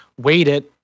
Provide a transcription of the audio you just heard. waited